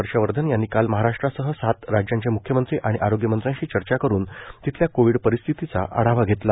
हर्षवर्धन यांनी काल महाराष्ट्रासह सात राज्यांचे म्ख्यमंत्री आणि आरोग्यमंत्र्यांशी चर्चा करुन तिथल्या कोविड स्थितीचा आढावा घेतला